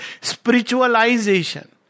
spiritualization